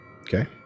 Okay